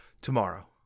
tomorrow